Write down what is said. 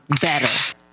better